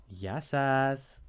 Yasas